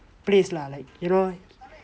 please lah like you know